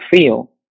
feel